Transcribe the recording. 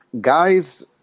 guys